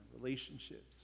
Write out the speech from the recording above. relationships